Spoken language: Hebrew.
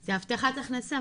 זה הבטחת הכנסה,